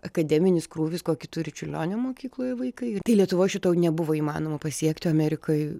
akademinis krūvis kokį turi čiurlionio mokykloje vaikai tai lietuvoj šito jau nebuvo įmanoma pasiekti amerikoj